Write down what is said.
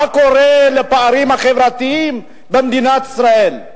מה קורה לפערים החברתיים במדינת ישראל?